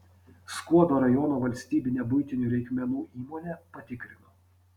skuodo rajono valstybinę buitinių reikmenų įmonę patikrino